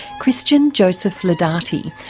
christian joseph lidarti,